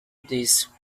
this